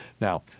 Now